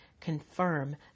confirm